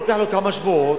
לוקח לו כמה שבועות,